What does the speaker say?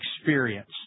experience